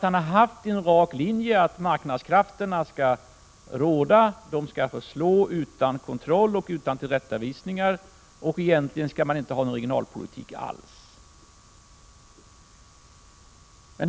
Han har följt en rak linje: marknadskrafterna skall råda, de skall få slå utan kontroll och tillrättavisningar och man skall egentligen inte ha någon regionalpolitik alls.